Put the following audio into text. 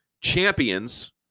champions